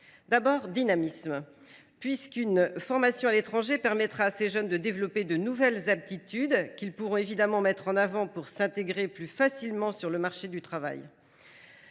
sur le dynamisme. Une formation à l’étranger permettra à ces jeunes de développer de nouvelles aptitudes, qu’ils pourront mettre en avant pour entrer plus facilement sur le marché du travail.